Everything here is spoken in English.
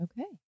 Okay